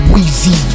Weezy